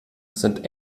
sind